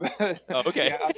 okay